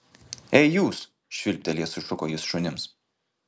ei jūs švilptelėjęs sušuko jis šunims